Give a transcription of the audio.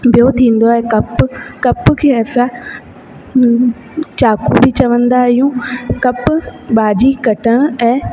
ॿियो थींदो आहे कप कप खे असां चाकू बि चवंदा आहियूं कप भाॼी कटण ऐं